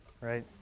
Right